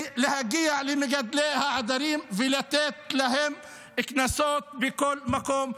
להגיע למגדלי העדרים ולתת להם קנסות בכל מקום.